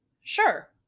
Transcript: Sure